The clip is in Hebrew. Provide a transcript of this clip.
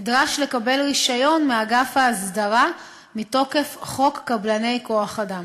נדרש לקבל רישיון מאגף ההסדרה מתוקף חוק קבלני כוח-אדם,